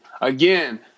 again